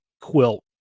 quilt